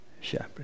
shepherd